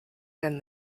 than